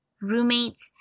roommate